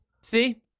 see